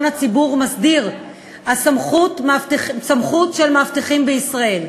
הציבור מסדיר סמכות של מאבטחים בישראל.